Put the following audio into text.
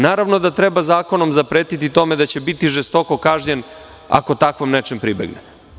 Naravno da treba zakonom zapretiti da će biti žestoko kažnjen ako takvom nečem pribegne.